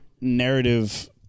narrative-